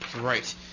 right